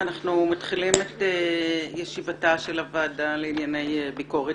אנחנו מתחילים את ישיבתה של הוועדה לענייני ביקורת